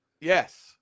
Yes